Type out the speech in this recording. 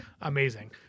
Amazing